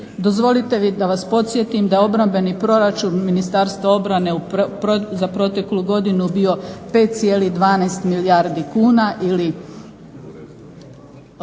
Dozvolite mi da vas podsjetim da je obrambeni proračun Ministarstva obrane za proteklu godinu bio 5,12 milijardi kuna ili